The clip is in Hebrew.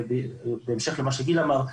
בהמשך למה שגיל אמר,